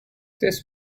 this